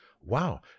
wow